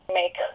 make